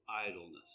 idleness